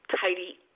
tidy